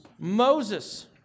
Moses